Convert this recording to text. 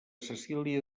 cecília